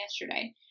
yesterday